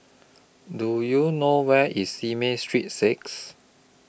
Do YOU know Where IS Simei Street six